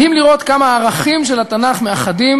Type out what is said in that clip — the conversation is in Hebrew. מדהים לראות כמה הערכים של התנ"ך מאחדים